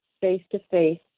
face-to-face